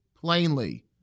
plainly